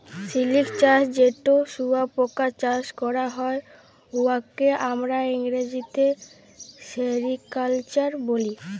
সিলিক চাষ যেট শুঁয়াপকা চাষ ক্যরা হ্যয়, উয়াকে আমরা ইংরেজিতে সেরিকালচার ব্যলি